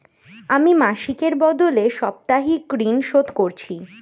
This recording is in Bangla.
আমি মাসিকের বদলে সাপ্তাহিক ঋন শোধ করছি